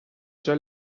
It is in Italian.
già